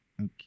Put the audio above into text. Okay